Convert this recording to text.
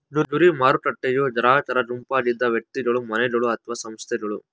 ಗುರಿ ಮಾರುಕಟ್ಟೆಯೂ ಗ್ರಾಹಕರ ಗುಂಪಾಗಿದೆ ವ್ಯಕ್ತಿಗಳು, ಮನೆಗಳು ಅಥವಾ ಸಂಸ್ಥೆಗಳು